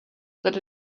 that